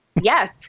Yes